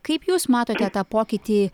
kaip jūs matote tą pokytį